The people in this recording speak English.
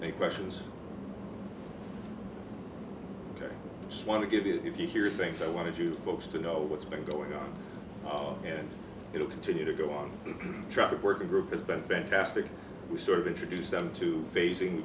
they questions ok just want to give you if you hear things i wanted you folks to know what's been going on and it'll continue to go on the traffic working group has been fantastic we sort of introduced them to facing